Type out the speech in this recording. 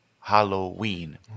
Halloween